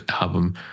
album